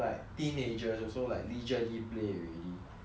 so in terms of like their own training they have their own training